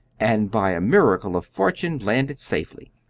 and, by a miracle of fortune, landed safely.